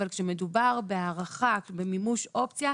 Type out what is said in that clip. אבל כשמדובר בהארכה, במימוש אופציה,